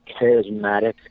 charismatic